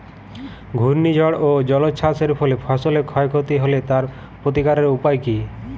ঘূর্ণিঝড় ও জলোচ্ছ্বাস এর ফলে ফসলের ক্ষয় ক্ষতি হলে তার প্রতিকারের উপায় কী?